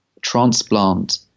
transplant